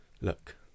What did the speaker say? Look